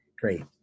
great